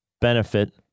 benefit